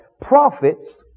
prophets